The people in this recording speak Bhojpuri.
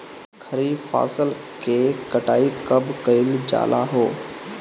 खरिफ फासल के कटाई कब कइल जाला हो?